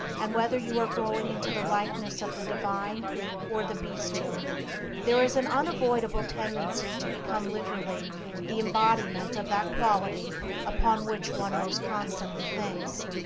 and whether you are growing into the likeness of the divine or the bestial. there is an unavoidable tendency to become literally the embodiment of that quality upon which one most constantly thinks.